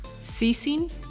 Ceasing